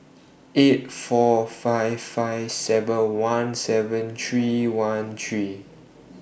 eight four five five seven one seven three one three